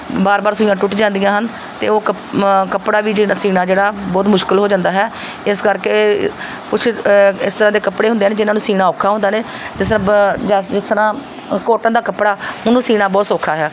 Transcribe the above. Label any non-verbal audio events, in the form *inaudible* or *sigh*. ਵਾਰ ਵਾਰ ਸੂਈਆਂ ਟੁੱਟ ਜਾਂਦੀਆਂ ਹਨ ਅਤੇ ਉਹ ਕ ਕੱਪੜਾ ਵੀ ਜਿਹੜਾ ਸਿਉਂਣਾ ਜਿਹੜਾ ਬਹੁਤ ਮੁਸ਼ਕਿਲ ਹੋ ਜਾਂਦਾ ਹੈ ਇਸ ਕਰਕੇ ਕੁਛ ਇਸ ਤਰ੍ਹਾਂ ਦੇ ਕੱਪੜੇ ਹੁੰਦੇ ਹਨ ਜਿਨ੍ਹਾਂ ਨੂੰ ਸਿਉਂਣਾ ਔਖਾ ਹੁੰਦਾ ਨੇ ਅਤੇ *unintelligible* ਜਿਸ ਤਰ੍ਹਾਂ ਕੋਟਨ ਦਾ ਕੱਪੜਾ ਉਹਨੂੰ ਸਿਉਂਣਾ ਬਹੁਤ ਸੌਖਾ ਹੈ